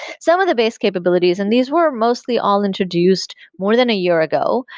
some of the base capabilities, and these were mostly all introduced more than a year ago.